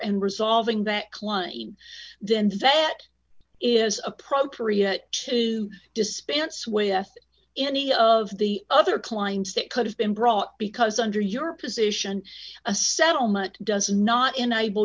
and resolving that clunking then that is appropriate to dispense with any of the other clients that could have been brought because under your position a settlement does not enable